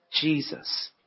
Jesus